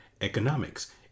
economics